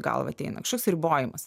galvą ateina kažkoks ribojimas